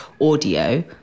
audio